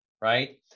right